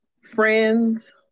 friends